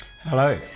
Hello